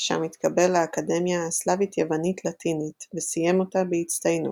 שם התקבל לאקדמיה הסלאווית-יוונית-לאטינית וסיים אותה בהצטיינות.